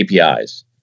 APIs